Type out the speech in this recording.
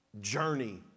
journey